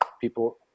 people